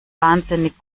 wahnsinnig